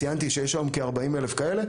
ציינתי שיש היום כ-40 אלף כאלה,